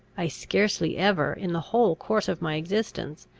i scarcely ever, in the whole course of my existence,